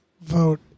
vote